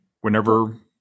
whenever